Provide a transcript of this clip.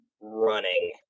running